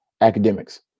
academics